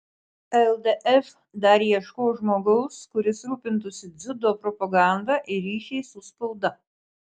ldf dar ieškos žmogaus kuris rūpintųsi dziudo propaganda ir ryšiais su spauda